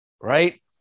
Right